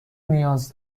نیاز